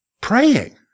praying